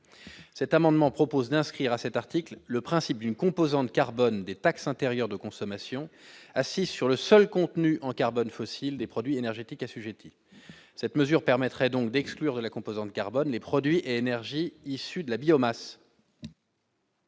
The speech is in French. cet amendement propose d'inscrire à cet article le principe d'une composante carbone des taxe intérieure de consommation assis sur le seul contenu en carbone fossile des produits énergétiques assujettis, cette mesure permettrait donc d'exclure la composante carbone les produits issues de la biomasse.